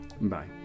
Bye